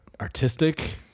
artistic